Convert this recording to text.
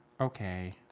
Okay